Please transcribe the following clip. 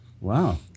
Wow